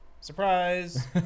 Surprise